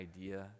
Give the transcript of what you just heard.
idea